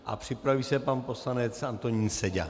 A připraví se pan poslanec Antonín Seďa.